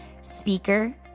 speaker